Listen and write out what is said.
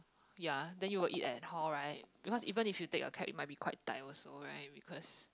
ya then you will eat at hall right because even if you take a cab you might be quite tight also right because